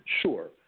Sure